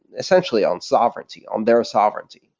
essentially, on sovereignty, on their sovereignty,